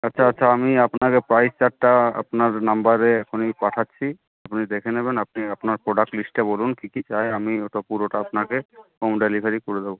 আচ্ছা আচ্ছা আমি আপনাকে প্রাইস চার্টটা আপনার নম্বরে এখনই পাঠাচ্ছি আপনি দেখে নেবেন আপনি আপনার প্রোডাক্ট লিস্টে বলুন কী কী চাই আমি ওটা পুরোটা আপনাকে হোম ডেলিভারি করে দেবো